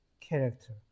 character